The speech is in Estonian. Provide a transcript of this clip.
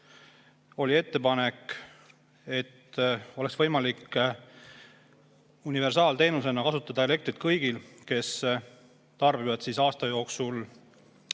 oli see, et oleks võimalik universaalteenusena kasutada elektrit kõigil, kes tarbivad aasta jooksul